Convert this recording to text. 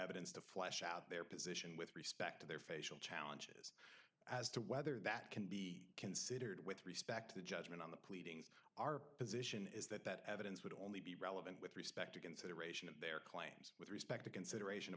evidence to flesh out their position with respect to their facial challenges as to whether that can be considered with respect to the judgment on the plains our position is that that evidence would only be relevant with recent consideration of their claims with respect to consideration